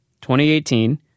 2018